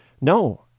No